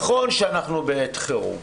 נכון שאנחנו בעת חירום,